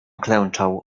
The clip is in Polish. klęczał